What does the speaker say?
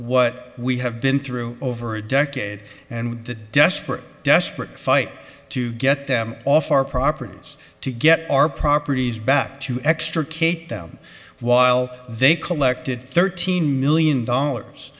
what we have been through over a decade and the desperate desperate fight to get them off our properties to get our properties back to extricate them while they collected thirteen million dollars